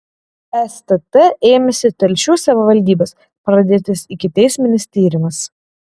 stt ėmėsi telšių savivaldybės pradėtas ikiteisminis tyrimas